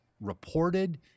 reported